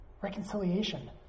reconciliation